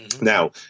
Now